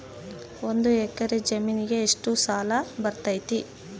ಒಂದು ಎಕರೆ ಜಮೇನಿಗೆ ಎಷ್ಟು ಬ್ಯಾಂಕ್ ಸಾಲ ಬರ್ತೈತೆ?